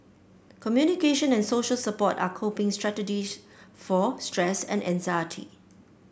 communication and social support are coping strategies for stress and anxiety